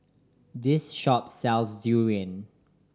this shop sells durian